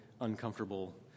uncomfortable